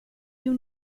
you